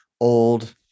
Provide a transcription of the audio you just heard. old